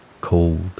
cold